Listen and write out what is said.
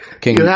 King